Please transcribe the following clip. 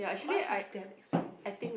bus is damn expensive